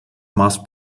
must